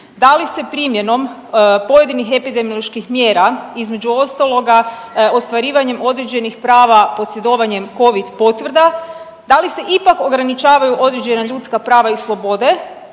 da li se primjenom pojedinih epidemioloških mjera između ostaloga ostvarivanjem određenih prava posjedovanjem covid potvrda, da li se ipak ograničavaju određena ljudska prava i slobode,